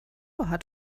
hat